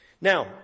Now